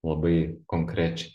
labai konkrečiai